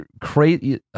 crazy